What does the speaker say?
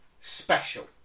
special